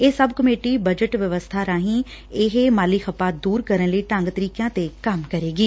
ਇਹ sub committee budget ਵਿਵਸਥਾ ਰਾਹੀਂ ਇਹ ਮਾਲੀ ਖੱਪਾ ਦੁਰ ਕਰਨ ਲਈ ਢੰਗ ਤਰੀਕਿਆਂ ਤੇ ਕੰਮ ਕਰੇਗੀ